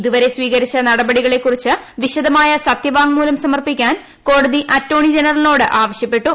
ഇത് വരെ സ്ഥീകരിച്ച നടപടികളെക്കുറിച്ച് വിശദമായ സത്യവാങ്മൂലം സമർപ്പിക്കാൻ കോടതി അറ്റോർണി ജനറലിനോട് ആവശ്യപ്പെട്ടു